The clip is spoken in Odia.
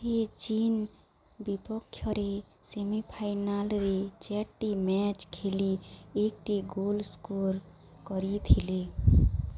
ସେ ଚୀନ୍ ବିପକ୍ଷରେ ସେମି ଫାଇନାଲ୍ରେ ଚାରିଟି ମ୍ୟାଚ୍ ଖେଳି ଏକଟି ଗୋଲ୍ ସ୍କୋର୍ କରିଥିଲେ